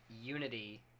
unity